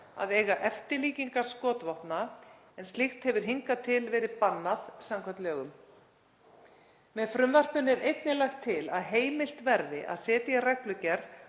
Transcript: að eiga eftirlíkingar skotvopna. Slíkt hefur hingað til verið bannað samkvæmt lögum. Með frumvarpinu er einnig lagt til að heimilt verði að setja í reglugerð